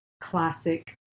classic